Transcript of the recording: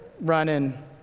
running